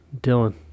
Dylan